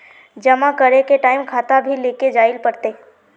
जमा करे के टाइम खाता भी लेके जाइल पड़ते?